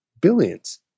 billions